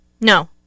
No